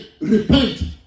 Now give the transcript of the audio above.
repent